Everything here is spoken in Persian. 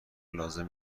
لازم